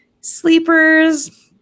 Sleepers